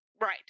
Right